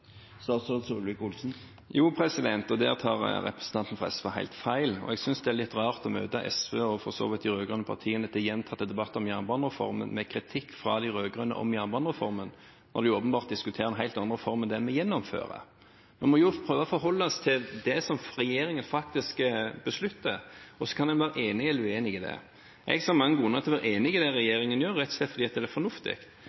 Jo, og der tar representanten fra SV helt feil. Jeg synes det er litt rart å møte SV – og for så vidt de rød-grønne partiene – til gjentatte debatter om jernbanereformen med kritikk fra de rød-grønne om jernbanereformen, når de åpenbart diskuterer en helt annen reform enn den vi gjennomfører. En må jo prøve å forholde seg til det som regjeringen faktisk beslutter. Så kan en være enig eller uenig i det. Jeg ser mange grunner til å være enig i det